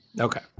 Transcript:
Okay